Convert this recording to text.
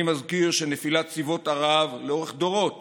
אני מזכיר שנפילת צבאות ערב לאורך דורות